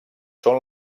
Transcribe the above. són